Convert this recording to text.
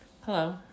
Hello